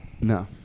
no